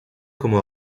como